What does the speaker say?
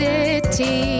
City